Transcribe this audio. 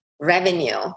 revenue